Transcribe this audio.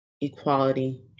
equality